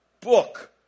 book